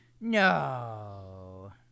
No